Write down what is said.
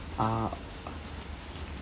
ah